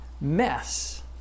mess